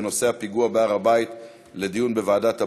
בנושא הפיגוע בהר הבית לדיון בוועדת הפנים.